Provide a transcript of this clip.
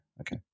okay